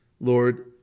Lord